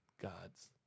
God's